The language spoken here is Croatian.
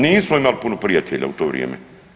Nismo imali puno prijatelja u to vrijeme.